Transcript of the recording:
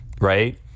right